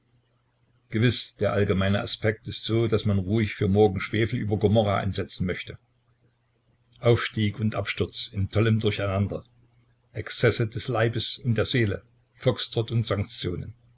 gewiß der allgemeine aspekt ist so daß man ruhig für morgen schwefel über gomorrha ansetzen möchte aufstieg und absturz in tollem durcheinander exzesse des leibes und der seele foxtrott und sanktionen